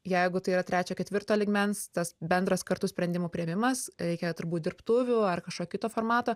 jeigu tai yra trečio ketvirto lygmens tas bendras kartu sprendimų priėmimas reikia turbūt dirbtuvių ar kažkokio kito formato